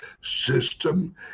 system